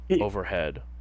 overhead